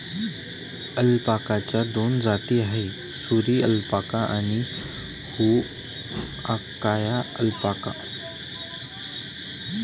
अल्पाकाच्या दोन जाती आहेत, सुरी अल्पाका आणि हुआकाया अल्पाका